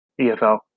EFL